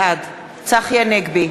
בעד צחי הנגבי,